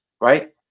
right